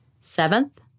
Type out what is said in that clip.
Seventh